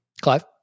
Clive